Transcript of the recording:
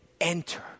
enter